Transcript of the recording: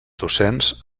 docents